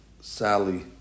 Sally